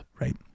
Right